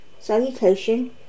Salutation